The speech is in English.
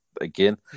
again